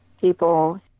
people